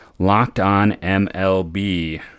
LOCKEDONMLB